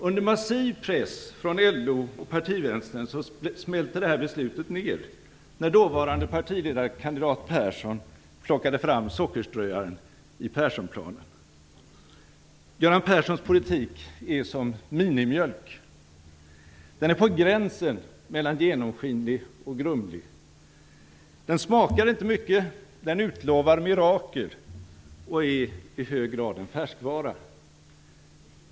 Under en massiv press från LO och partivänstern smälte beslutet ned när dåvarande partiledarkandidaten Persson plockade fram sockerströaren i Perssonplanen. Göran Perssons politik är som minimjölk. Den är på gränsen mellan genomskinlig och grumlig. Den smakar inte mycket, den utlovar mirakel och är i hög grad en färskvara.